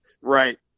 Right